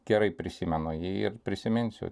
gerai prisimenu jį ir prisiminsiu